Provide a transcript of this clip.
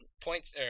points